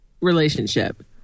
relationship